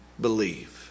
believe